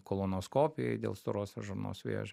kolonoskopijai dėl storosios žarnos vėžio